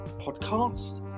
Podcast